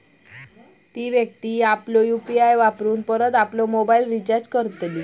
ती व्यक्ती आपल्या यु.पी.आय वापरून परत आपलो मोबाईल रिचार्ज करतली